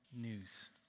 news